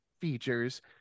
features